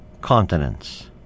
continents